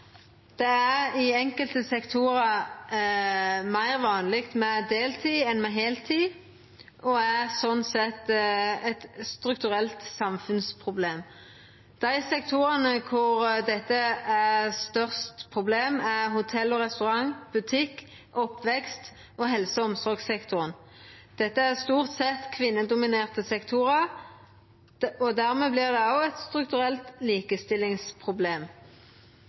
Det er i enkelte sektorar meir vanleg med deltid enn med heiltid, og det er sånn sett eit strukturelt samfunnsproblem. Dei sektorane der dette problemet er størst, er hotell og restaurant, butikk, oppvekst, og helse- og omsorgssektoren. Dette er stort sett kvinnedominerte sektorar, og dermed vert det òg eit strukturelt likestillingsproblem.